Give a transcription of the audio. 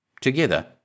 Together